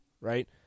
right